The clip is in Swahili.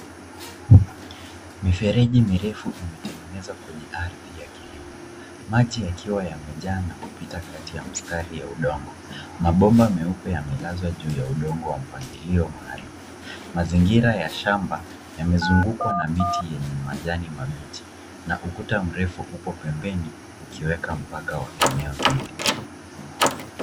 Mifereji mirefu imetegenezwa kwenye ardhi ya kilimo. Maji yakiwa yamejaa na kupita kati ya mistari ya udongo. Mabomba meupe yamelazawa juu ya udongo na mpangilio maalum. Mazingira ya shamba yamezungukwa na miti yenye majani mabichi na ukuta mrefu upo pembeni ukiweka mpaka wa eneo hili.